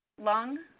lung,